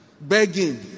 begging